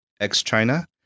ex-China